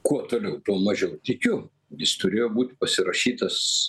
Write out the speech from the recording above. kuo toliau tuo mažiau tikiu jis turėjo būt pasirašytas